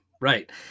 right